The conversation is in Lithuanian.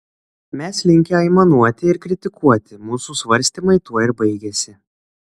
mes linkę aimanuoti ir kritikuoti mūsų svarstymai tuo ir baigiasi